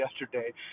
yesterday